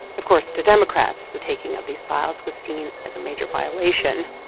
of course, to democrats, the taking of these files was seen as a major violation.